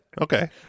Okay